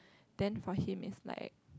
then for him is like